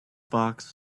fox